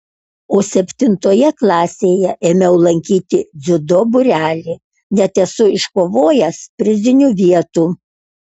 o septintoje klasėje ėmiau lankyti dziudo būrelį net esu iškovojęs prizinių vietų